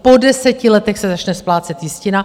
Po deseti letech se začne splácet jistina.